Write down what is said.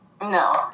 No